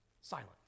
Silence